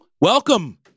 Welcome